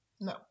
No